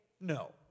no